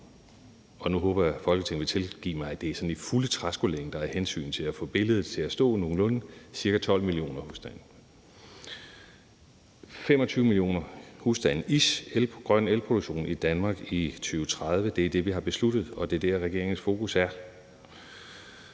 – nu håber jeg, at Folketinget vil tilgive mig, at det er i fulde træskolængder af hensyn til at få billedet til at stå nogenlunde – ca. 12 millioner husstande. Ca. 25 millioner husstande med grøn elproduktion i Danmark i 2030 er det, vi har besluttet, og det er der, regeringens fokus er.